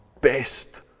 best